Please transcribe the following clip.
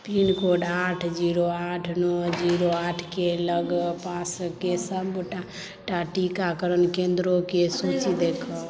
pincode आठ zero आठ नओ आठ जीरो आठके लग पासकेँ सबटा टीकाकरण केन्द्रोके सूचि देखाउ